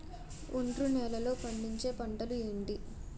ఒండ్రు నేలలో పండించే పంటలు ఏంటి?